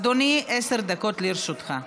אדוני, עשר דקות לרשותך.